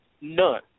none